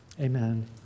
amen